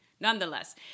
Nonetheless